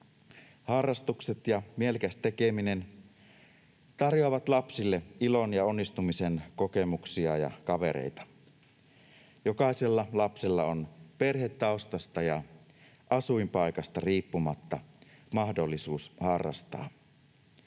Harrastukset ja mielekäs tekeminen tarjoavat lapsille ilon ja onnistumisen kokemuksia ja kavereita. Jokaisella lapsella on perhetaustasta ja asuinpaikasta riippumatta mahdollisuus harrastaa.